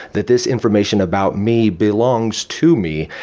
that this information about me belongs to me,